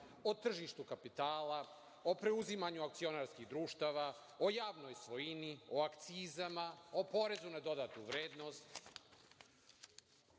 o tržištu kapitala, o preuzimanju akcionarskih društava, o javnoj svojini, o akcizama, o PDV. Traje ovo